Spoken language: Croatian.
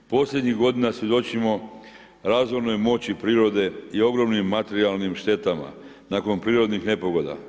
Posljednjih godina svjedočimo razvojnoj moći prirode i ogromnim materijalnim štetama nakon prirodnih nepogoda.